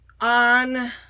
On